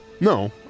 No